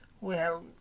Well